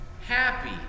Happy